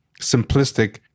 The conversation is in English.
simplistic